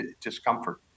discomfort